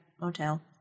motel